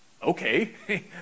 Okay